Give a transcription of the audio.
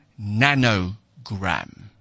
nanogram